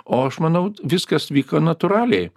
o aš manau viskas vyko natūraliai